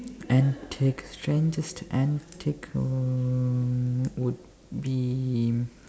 antic strangest antic would would be